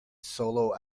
solo